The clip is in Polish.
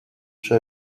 czy